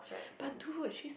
but dude she's